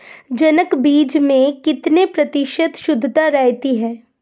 जनक बीज में कितने प्रतिशत शुद्धता रहती है?